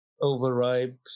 overripe